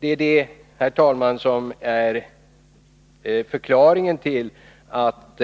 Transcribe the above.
Detta, herr talman, är förklaringen till att